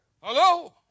Hello